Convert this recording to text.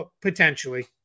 potentially